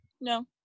no